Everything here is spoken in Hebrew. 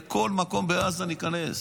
לכל מקום בעזה ניכנס.